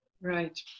Right